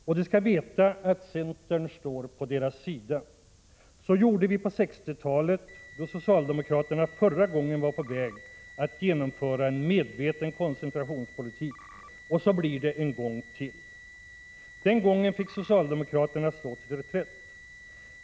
Och de skall veta att centern står på deras sida. Så gjorde vi på 1960-talet, då socialdemokraterna förra gången var på väg att genomföra en medveten koncentrationspolitik, och så blir det än en gång. Den gången fick socialdemokraterna slå till reträtt.